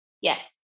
Yes